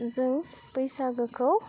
जों बैसागोखौ